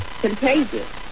contagious